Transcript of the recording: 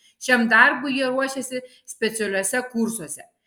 šiam darbui jie ruošiasi specialiuose kursuose